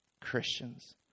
Christians